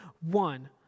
one